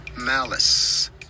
malice